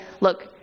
look